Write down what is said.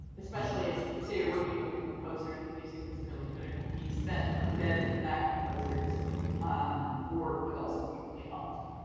especially if, say, you're working with a composer and the music is a really critical piece. then a bit of that composer's um work would also be really helpful.